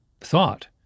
thought